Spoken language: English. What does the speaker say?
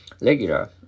regular